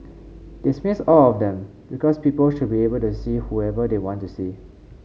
dismiss all of them because people should be able to see whoever they want to see